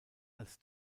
als